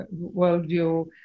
worldview